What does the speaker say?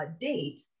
date